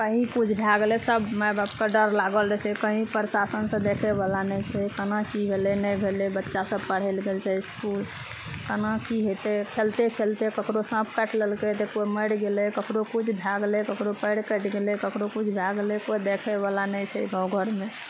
कही किछु भए गेलै सब माय बाप के डर लागल रहै छै कही प्रशासनसँ देखै बला नहि छै केना की भेलै नहि भेलै बच्चा सब पढ़ै लए गेल छै इसकुल केना की हेतै खेलते खेलते ककरो साँप काटि लेलकै तऽ कोइ मरि गेलै ककरो किछु भए गेलै ककरो पएर कटि गेलै ककरो किछु भए गेलै कोइ देखै बला नहि छै गाँव घरमे